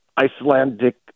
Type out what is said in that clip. Icelandic